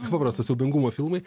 nepaprasto siaubingumo filmai